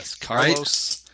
Carlos